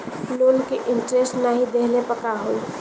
Loan के interest नाही देहले पर का होई?